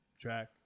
track